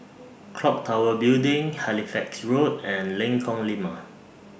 Clock Tower Building Halifax Road and Lengkong Lima